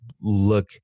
look